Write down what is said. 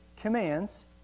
commands